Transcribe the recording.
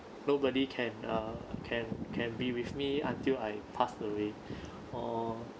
nobody can uh can can be with me until I pass away or